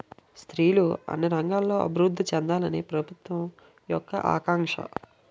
స్త్రీలు అన్ని రంగాల్లో అభివృద్ధి చెందాలని ప్రభుత్వం యొక్క ఆకాంక్ష